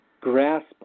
grasp